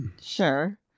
sure